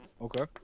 Okay